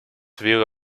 wäre